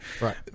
Right